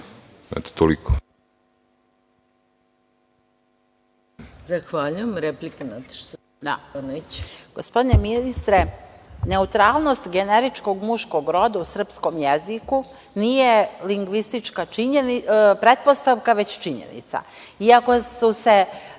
**Nataša Jovanović** Gospodine ministre, neutralnost generičkog muškog roda u srpskom jeziku nije lingvistička pretpostavka već činjenica. Ako su se